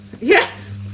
Yes